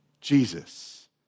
Jesus